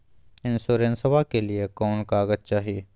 इंसोरेंसबा के लिए कौन कागज चाही?